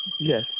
Yes